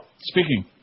Speaking